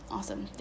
Awesome